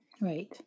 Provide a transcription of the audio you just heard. Right